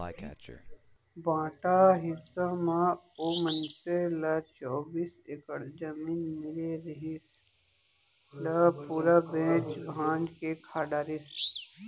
बांटा हिस्सा म ओ मनसे ल चौबीस एकड़ जमीन मिले रिहिस, ल पूरा बेंच भांज के खा डरिस